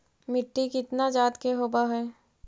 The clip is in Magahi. मिट्टी कितना जात के होब हय?